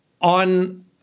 on